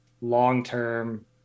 long-term